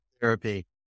therapy